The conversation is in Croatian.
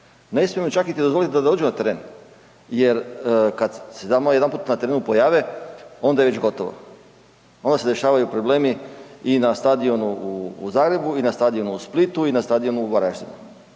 Ne smijemo čak ni dozvoliti da dođu na teren jer kad se tamo jedanput na terenu pojave, onda je već gotovo, onda se dešavaju problemi i na stadionu u Zagrebu i na stadionu u Splitu i na stadionu u Varaždinu.